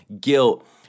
guilt